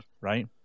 right